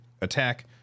attack